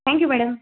thank you madam